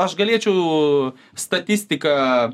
aš galėčiau statistiką